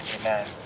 Amen